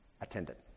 Attendant